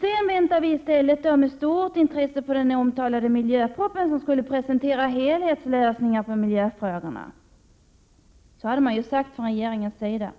Sedan väntade vi med stort intresse på den omtalade miljöpropositionen, där helhetslösningar på miljöfrågorna skulle presenteras — så hade regeringen sagt.